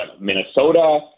Minnesota